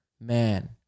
Man